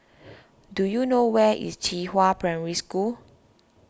do you know where is Qihua Primary School